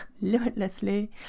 limitlessly